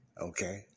Okay